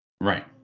Right